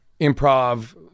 improv